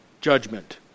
judgment